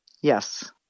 Yes